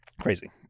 Crazy